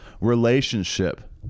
relationship